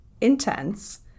intense